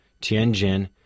Tianjin